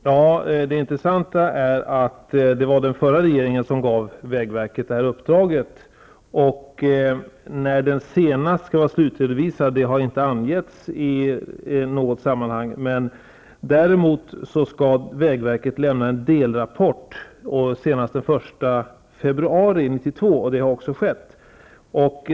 Herr talman! Det intressanta är att det var den förra regeringen som gav vägverket det här uppdraget. Det har inte angetts när uppdraget senast skall vara slutredovisat. Däremot har det sagts att vägverket skall lämna en delrapport senast den 1 februari 1992. Det har också skett.